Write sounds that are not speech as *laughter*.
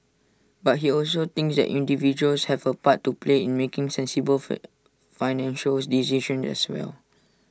but he also thinks that individuals have A part to play in making sensible for *noise* financial decisions as well